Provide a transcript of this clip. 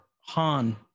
han